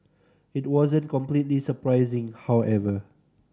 it wasn't completely surprising however